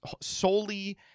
solely